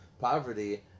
poverty